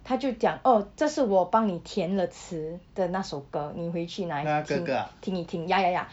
他就讲 oh 这是我帮你填了词的那首歌你回去拿来听听一听 ya ya ya